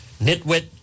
nitwit